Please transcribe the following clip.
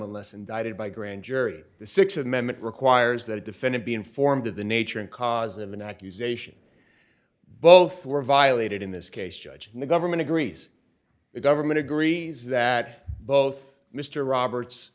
unless indicted by a grand jury or the sixth amendment requires that a defendant be informed of the nature and cause of an accusation both were violated in this case judge the government agrees the government agrees that both mr roberts